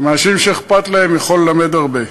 עם אנשים שאכפת להם, יכול ללמד הרבה.